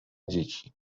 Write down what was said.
dzieci